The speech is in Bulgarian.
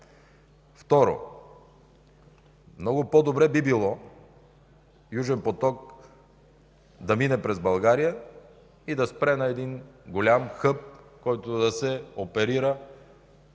Второ, много по-добре би било „Южен поток” да мине през България и да спре на голям хъб, който да се оперира